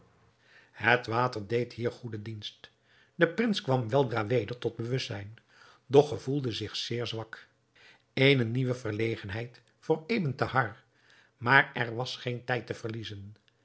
het water deed hier goede dienst de prins kwam weldra weder tot bewustzijn doch gevoelde zich zeer zwak eene nieuwe verlegenheid voor ebn thahar maar er was geen tijd te verliezen